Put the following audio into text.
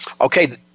okay